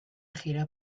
gira